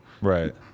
Right